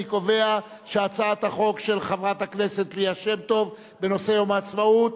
אני קובע שהצעת החוק של חברת הכנסת ליה שמטוב בנושא יום העצמאות